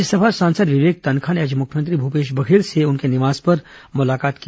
राज्यसभा सांसद विवेक तन्खा ने आज मुख्यमंत्री भूपेश बघेल से उनके निवास पर मुलाकात की